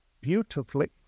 beautifully